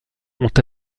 ont